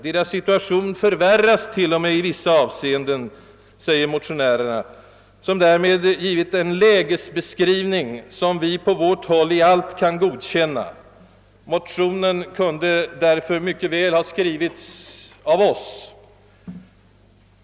Deras situation förvärras till och med i vissa avseenden, tillägger motionärerna, som därmed har givit en lägesbeskrivning som vi på vårt håll till alla delar kan godkänna. Motionen kunde därför mycket väl ha skrivits av oss.